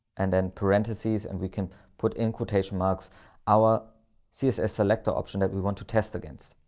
and then parentheses, and we can put in quotation marks our css selector option that we want to test against.